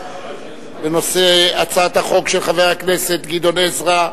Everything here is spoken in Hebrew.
בנושא הצעת החוק של חבר הכנסת גדעון עזרא,